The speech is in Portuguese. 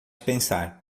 pensar